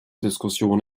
diskussion